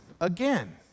again